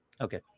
Okay